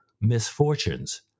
misfortunes